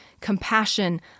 compassion